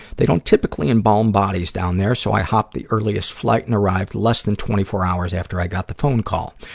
they don't typically embalm bodies down there, so i hopped the earliest flight and arrived less than twenty four hours after i got the phone call.